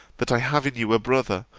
that i have in you a brother,